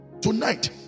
Tonight